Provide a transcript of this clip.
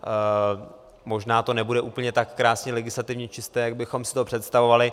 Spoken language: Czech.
A možná to nebude úplně tak krásně legislativně čisté, jak bychom si to představovali.